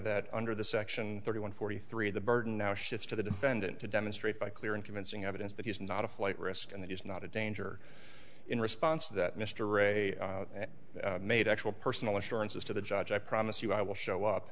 that under the section thirty one forty three the burden now shifts to the defendant to demonstrate by clear and convincing evidence that he's not a flight risk and that is not a danger in response to that mr ray made actual personal assurances to the judge i promise you i will show up